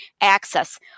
access